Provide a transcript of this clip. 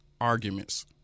arguments